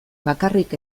bakarrik